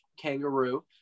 kangaroo